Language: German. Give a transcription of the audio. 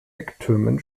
ecktürmen